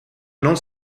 non